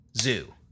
zoo